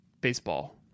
baseball